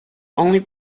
only